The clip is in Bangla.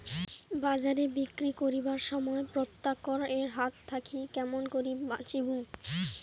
বাজারে বিক্রি করিবার সময় প্রতারক এর হাত থাকি কেমন করি বাঁচিমু?